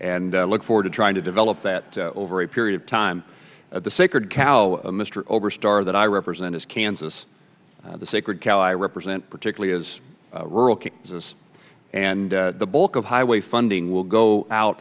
and look forward to trying to develop that over a period of time at the sacred cow mr over star that i represent is kansas the sacred cow i represent particularly is rural kansas and the bulk of highway funding will go out